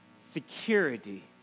security